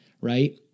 right